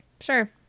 sure